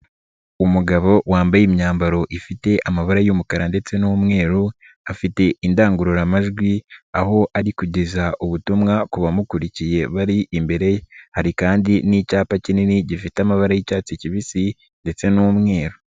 Umugabo wambaye imyambaro ifite amabara y'umukara ndetse n'umweru afite indangururamajwi aho ari kugeza ubutumwa ku bamukurikiye bari imbere ye, hari kandi n'icyapa kinini gifite amabara y'icyatsi kibisi ndetse n'umweru.